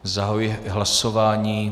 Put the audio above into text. Zahajuji hlasování.